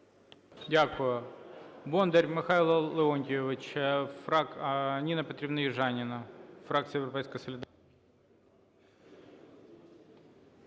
Дякую.